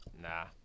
nah